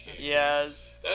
Yes